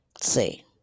see